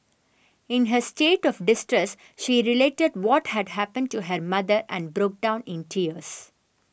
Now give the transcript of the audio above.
in her state of distress she related what had happened to her mother and broke down in tears